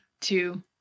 two